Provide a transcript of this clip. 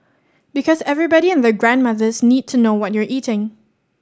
because everybody and their grandmothers need to know what you're eating